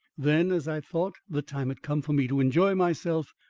then, as i thought the time had come for me to enjoy myself,